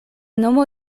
nomo